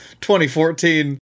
2014